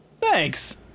Thanks